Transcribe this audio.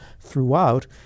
throughout